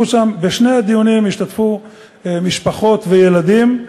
בשני הדיונים השתתפו משפחות וילדים.